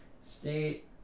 State